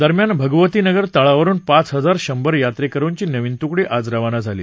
दरम्यान भगवती नगर तळावरुन पाच हजार शंभर यात्रेकरुंची नवीन तुकडी आज रवाना झाली